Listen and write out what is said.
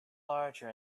larger